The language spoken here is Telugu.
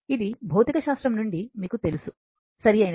ఇది భౌతికశాస్త్రం నుండి మీకు తెలుసు సరియైనది